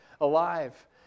alive